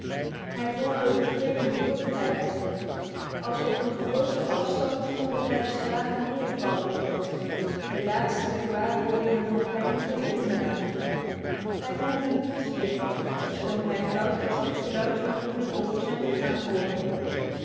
hij voelde een vreemde dofheid als op een grote afstand voelde hij de slagen neervallen de laatste gewaarwordingen van pijn verlieten hem hij voelde niets meer ofschoon hij flauwtjes het geluid van de knuppel op zijn lichaam hoorde